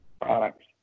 products